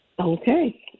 Okay